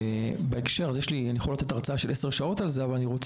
אימא שלי